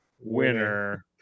winner